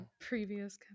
previous